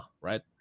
right